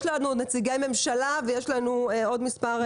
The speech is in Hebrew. יש לנו עוד נציגי ממשלה ועוד מספר גופים.